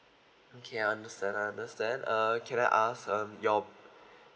okay I understand I understand uh can I ask uh your